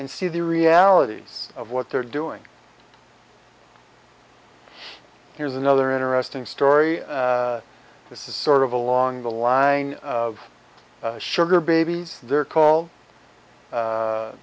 and see the reality of what they're doing here's another interesting story this is sort of along the line of sugar babies they're called